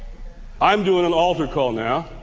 i'm doing an altar call now.